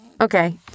Okay